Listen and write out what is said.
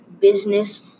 business